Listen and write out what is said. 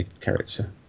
character